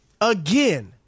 again